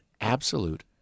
absolute